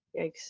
Yikes